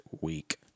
week